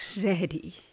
Ready